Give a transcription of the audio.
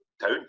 town